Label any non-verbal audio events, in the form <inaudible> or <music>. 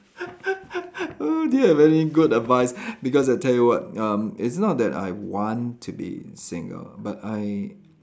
<laughs> oh do you have any good advice because I tell you what um it's not that I want to be single but I